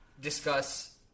discuss